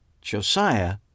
Josiah